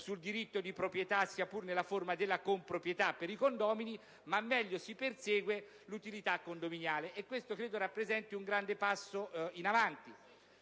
sul diritto di proprietà, sia pur nella forma della comproprietà per i condomini, ma meglio si persegue l'utilità condominiale. Credo che questo rappresenti un grande passo in avanti.